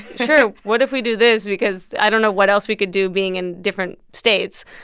sure. what if we do this because i don't know what else we could do being in different states?